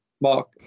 Mark